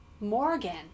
Morgan